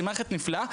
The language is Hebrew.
שהיא מערכת נפלאה.